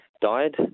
died